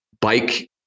bike